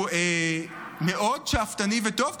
הוא מאוד שאפתני וטוב,